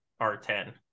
R10